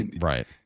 Right